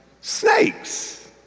Snakes